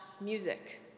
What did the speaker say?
music